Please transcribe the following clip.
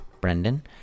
Brendan